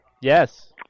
Yes